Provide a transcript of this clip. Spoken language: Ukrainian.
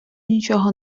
нічого